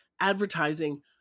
advertising